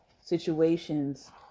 situations